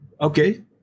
Okay